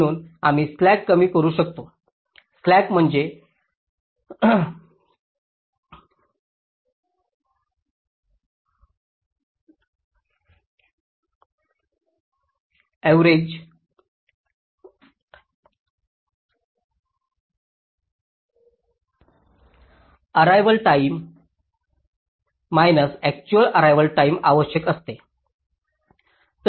म्हणून आम्ही स्लॅक कमी करू शकतो स्लॅक म्हणजे arrival time minus actual arrival time आवश्यक असते